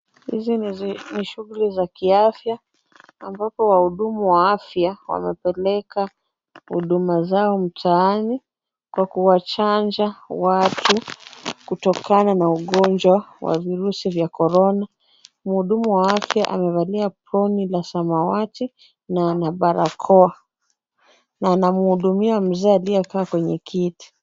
Hizi ni shughuli za kiafya ambapo wahudumu wa afya wamepeleka huduma zao mtaani kwa kuwachanja watu kutokana na ugonjwa wa virusi vya korona, mhudumu wa afya amevalia aproni la samawati na barakoa na anamhudumia mzee aliyekaa kwenye kiti.